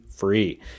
free